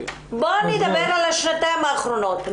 בואו נדבר על השנתיים האחרונות.